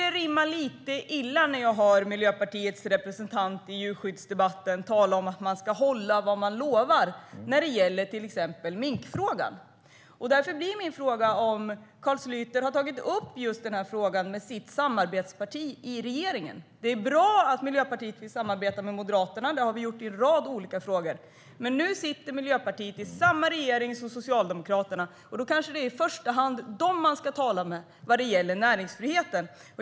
Det rimmar lite illa när Miljöpartiets representant i djurskyddsdebatten talar om att man ska hålla vad man lovar, till exempel när det gäller minkfrågan. Har Carl Schlyter tagit upp just den frågan med sitt samarbetsparti i regeringen? Det är bra att Miljöpartiet vill samarbeta med Moderaterna. Det har vi gjort i en rad olika frågor. Men nu sitter Miljöpartiet i regeringen tillsammans med Socialdemokraterna. Då är det kanske i första hand dem man ska tala med om näringsfriheten.